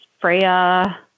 Freya